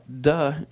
duh